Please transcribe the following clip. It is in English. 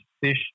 fish